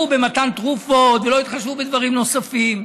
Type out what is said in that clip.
במתן תרופות ולא התחשבו בדברים נוספים.